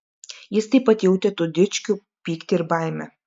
jis taip pat jautė tų dičkių pyktį ir baimę